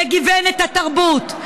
גיוון את התרבות,